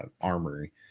armory